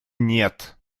нет